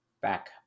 back